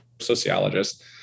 sociologist